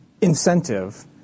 incentive